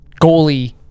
goalie